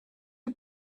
who